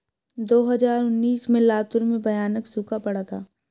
दो हज़ार उन्नीस में लातूर में भयानक सूखा पड़ा था